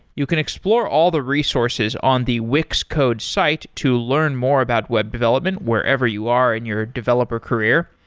you can explore all the resources on the wix code site to learn more about web development wherever you are in your developer career.